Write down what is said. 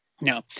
no